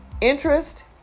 interest